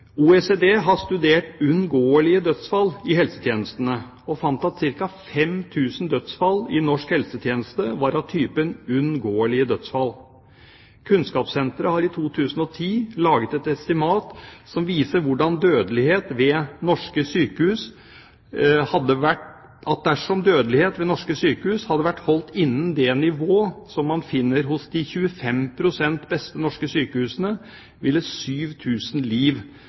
OECD har studert unngåelige dødsfall i helsetjenestene, og fant at ca. 5 000 dødsfall i norsk helsetjeneste var av typen unngåelige dødsfall. Kunnskapssenteret har i 2010 laget et estimat som viser at dersom dødeligheten ved norske sykehus hadde vært holdt innen det nivå som man finner hos de 25 pst. beste norske sykehusene, ville 7 000 liv